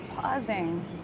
pausing